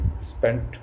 spent